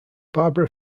barbara